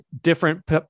different